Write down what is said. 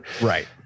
Right